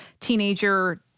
teenager